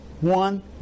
one